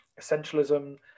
essentialism